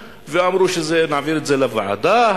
ואמרו: נעביר את זה לוועדה,